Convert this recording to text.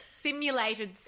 Simulated